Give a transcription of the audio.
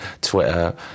Twitter